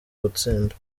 gutsinda